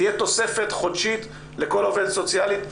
תהיה תוספת חודשית לכל עובדת סוציאלית,